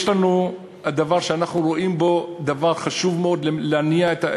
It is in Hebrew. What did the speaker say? יש לנו דבר שאנחנו רואים בו דבר חשוב מאוד לעידוד